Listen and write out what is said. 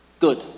Good